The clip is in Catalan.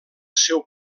seu